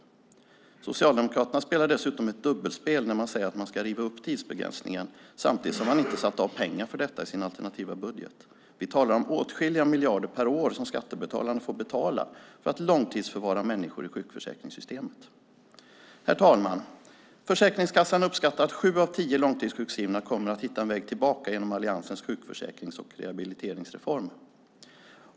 Socialdemokraterna spelar dessutom ett dubbelspel när de säger att de ska riva upp tidsbegränsningen samtidigt som man inte har satt av pengar till detta i sin alternativa budget. Vi talar om åtskilliga miljarder per år som skattebetalarna får betala för att långtidsförvara människor i sjukförsäkringssystemet. Herr talman! Försäkringskassan uppskattar att sju av tio långtidssjukskrivna kommer att hitta en väg tillbaka genom alliansens sjukförsäkrings och rehabiliteringsreform.